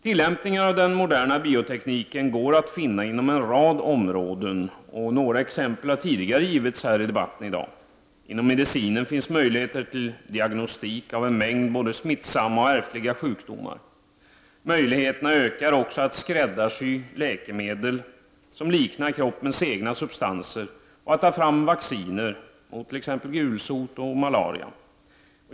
Tillämpningar av den moderna biotekniken går att finna inom en rad områden. Några exempel har tidigare givits i debatten här i dag. Inom medicinen finns möjligheter till diagnostik av en mängd både smittsamma och ärftliga sjukdomar. Möjligheterna ökar också att skräddarsy läkemedel, som liknar kroppens egna substanser och att ta fram vacciner mot t.ex. gulsot och malaria.